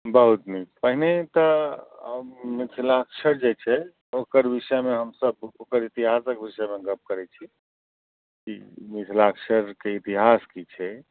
बहुत नीक पहिने तऽ मिथिलाक्षर जे छै ओकर विषयमे हमसब ओकर इतिहासके विषयमे गप करै छी की मिथिलाक्षरके इतिहास की छै